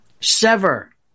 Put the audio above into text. Sever